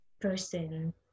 person